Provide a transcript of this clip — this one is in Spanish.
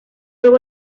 luego